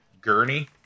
gurney